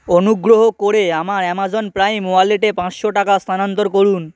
অনুগ্রহ করে আমার অ্যাম্যাজন প্রাইম ওয়ালেটে পাঁচশো টাকা স্থানান্তর করুন